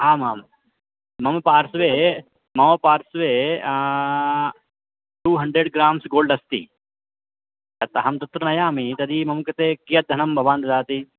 आमां मम पार्श्वे मम पार्श्वे टु हन्ड्रेड् ग्राम्स् गोल्ड् अस्ति तत् अहं तत्र नयामि तर्हि मम कृते कियद् धनं भवान् ददाति